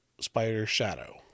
Spider-Shadow